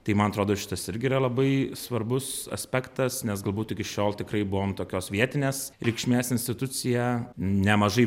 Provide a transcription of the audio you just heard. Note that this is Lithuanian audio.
tai man atrodo šitas irgi yra labai svarbus aspektas nes galbūt iki šiol tikrai buvom tokios vietinės reikšmės institucija nemažai